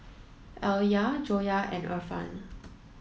Alya Joyah and Irfan